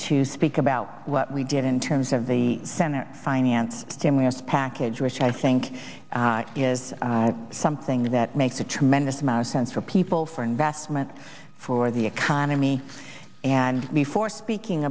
to speak about what we did in terms of the senate finance stimulus package which i think is something that makes a tremendous amount of sense for people for investment for the economy and before speaking